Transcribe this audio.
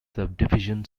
subdivision